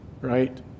right